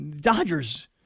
Dodgers